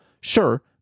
Sure